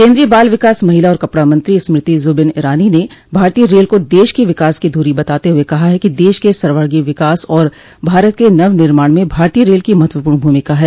केन्द्रीय बाल विकास महिला और कपड़ा मंत्री स्मृति जबिन ईरानी ने भारतीय रेल को देश की विकास की धुरी बताते हुए कहा है कि देश के सर्वांगीण विकास और भारत के नवनिर्माण में भारतीय रेल की महत्वपूर्ण भूमिका है